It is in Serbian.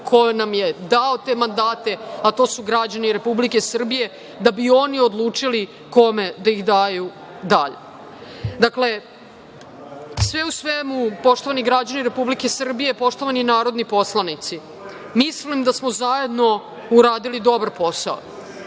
ko nam je dao te mandate, a to su građani Republike Srbije da bi oni odlučili kome da ih daju dalje. Dakle, sve u svemu, poštovani građani Republike Srbije, poštovani narodni poslanici, mislim da smo zajedno uradili dobar posao,